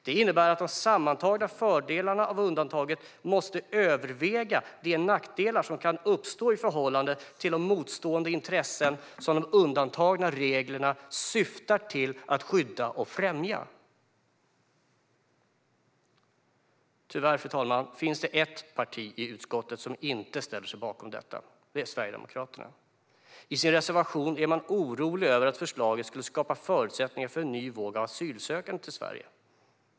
Det innebär att de sammantagna fördelarna av undantaget måste överväga de nackdelar som kan uppstå i förhållande till de motstående intressen som de undantagna reglerna syftar till att skydda och främja. Fru talman! Tyvärr finns det ett parti i utskottet som inte ställer sig bakom detta. Det är Sverigedemokraterna. I sin reservation är man orolig över att förslaget skulle skapa förutsättningar för en ny våg av asylsökande till Sverige.